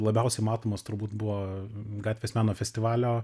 labiausiai matomos turbūt buvo gatvės meno festivalio